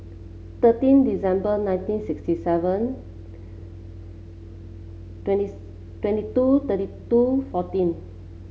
thirteen December nineteen sixty seven twenty twenty two thirty two fourteen